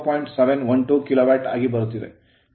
712 kilowatt ಆಗಿ ಬರುತ್ತಿದೆ